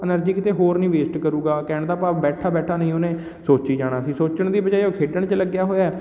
energy ਕਿਤੇ ਹੋਰ ਨਹੀਂ ਵੇਸਟ ਕਰੇਗਾ ਕਹਿਣ ਦਾ ਭਾਵ ਬੈਠਾ ਬੈਠਾ ਨਹੀਂ ਓਹਨੇ ਸੋਚੀ ਜਾਣਾ ਸੀ ਸੋਚਣ ਦੀ ਬਜਾਏ ਉਹ ਖੇਡਣ 'ਚ ਲੱਗਿਆ ਹੋਇਆ